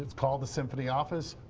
call the symphony office,